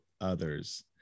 others